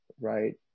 right